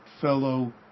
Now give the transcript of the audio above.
fellow